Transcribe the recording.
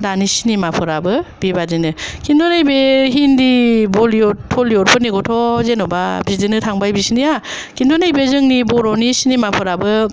दानि सिनिमा फोराबो बेबादिनो खिन्थु नैबे हिन्दी बलिउड टलिउड फोरनिखौथ' जेनबा बिदिनो थांबाय बिसिनिया खिन्थु नैबे जोंनि बर'नि सिनिमा फोराबो